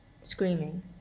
screaming